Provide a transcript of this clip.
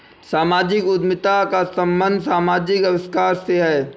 सामाजिक उद्यमिता का संबंध समाजिक आविष्कार से है